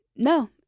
No